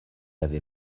avait